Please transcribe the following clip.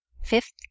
Fifth